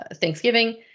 Thanksgiving